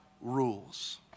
rules